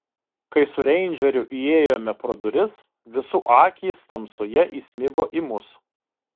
kai su reindžeriu įėjome pro duris visų akys tamsoje įsmigo į mus